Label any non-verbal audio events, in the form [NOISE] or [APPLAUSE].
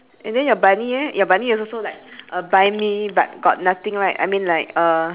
ya I also can't really see the four [BREATH] then the guy with the ice-cream he's like the bee is going towards him